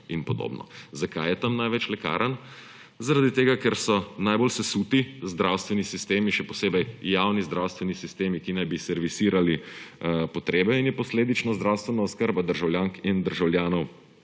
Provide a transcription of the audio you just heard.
in podobno. Zakaj je tam največ lekarn? Zaradi tega, ker so najbolj sesuti zdravstveni sistemi, še posebej javni zdravstveni sistemi, ki naj bi servisirali potrebe, in je posledično zdravstvena oskrba državljank in državljanov